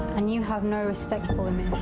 and you have no respect for women.